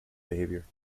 behavior